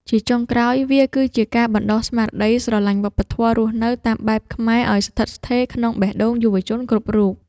ជាចុងក្រោយ វាគឺជាការបណ្ដុះស្មារតីស្រឡាញ់វប្បធម៌រស់នៅតាមបែបខ្មែរឱ្យស្ថិតស្ថេរក្នុងបេះដូងយុវជនគ្រប់រូប។